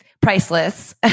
priceless